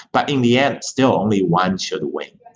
but in the end, still, only one should win.